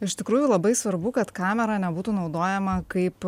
iš tikrųjų labai svarbu kad kamera nebūtų naudojama kaip